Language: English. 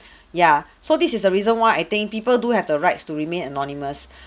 ya so this is the reason why I think people do have the rights to remain anonymous